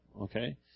Okay